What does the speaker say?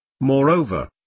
Moreover